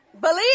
Believe